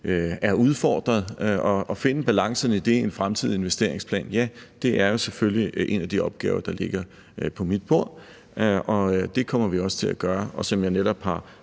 er udfordret, og at finde en balance i det i den fremtidige investeringsplan, ja, det er jo selvfølgelig en af de opgaver, som ligger på mit bord, og det kommer vi også til at gøre. Som jeg netop har